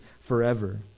forever